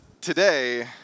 today